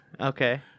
Okay